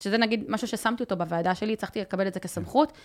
שזה נגיד משהו ששמתי אותו בוועדה שלי, הצלחתי לקבל את זה כסמכות.